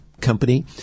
company